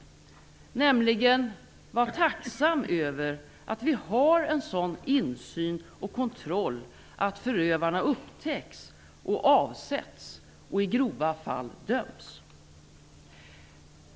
Man kan nämligen vara tacksam över att vi har en sådan insyn och kontroll att förövarna upptäcks, avsätts och i grova fall döms.